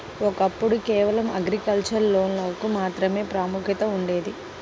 ఒకప్పుడు కేవలం అగ్రికల్చర్ లోన్లకు మాత్రమే ప్రాముఖ్యత ఉండేది